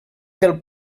del